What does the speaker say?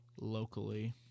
locally